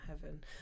heaven